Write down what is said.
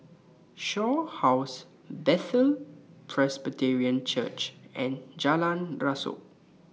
Shaw House Bethel Presbyterian Church and Jalan Rasok